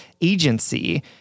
agency